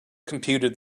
computed